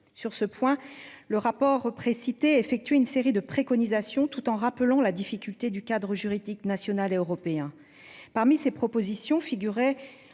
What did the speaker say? Sur ce point, le rapport précité effectuer une série de préconisations. Tout en rappelant la difficulté du cadre juridique, national et européen. Parmi ces propositions figuraient